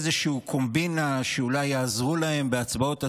איזו קומבינה שאולי יעזרו להם בהצבעות עתידיות,